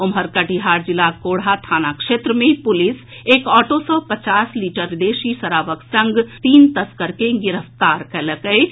ओम्हर कटिहार जिलाक कोढ़ा थाना क्षेत्र मे पुलिस एक ऑटो सँ पचास लीटर देशी शराबक संग तीन तस्कर के गिरफ्तार कयलक अछि